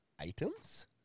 items